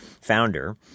founder